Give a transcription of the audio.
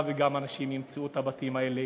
כזאת שאנשים גם ימצאו את הבתים האלה.